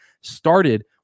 started